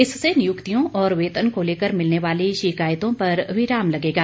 इससे नियुक्तियों और वेतन को लेकर मिलने वाली शिकायतों पर विराम लगेगा